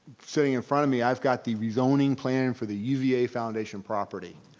sitting in front of me i've got the resigning plan for the uva foundation property.